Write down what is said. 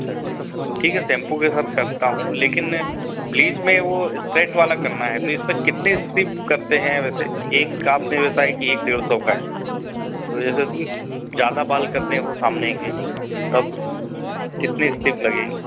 अच्छा अच्छा ठीक है सैंपू के साथ करता हूँ लेकिन ब्लीच में वो इस्ट्रेट वाला करना है तो इसमें कितने इस्ट्रिप करते हैं वैसे एक आपने बताया कि एक डेढ़ सौ का है तो जैसे ज़्यादा बाल करने हों सामने के तब कितनी इस्ट्रिप लगेगी